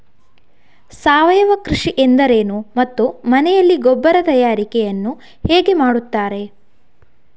ಸಾವಯವ ಕೃಷಿ ಎಂದರೇನು ಮತ್ತು ಮನೆಯಲ್ಲಿ ಗೊಬ್ಬರ ತಯಾರಿಕೆ ಯನ್ನು ಹೇಗೆ ಮಾಡುತ್ತಾರೆ?